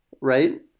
right